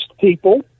people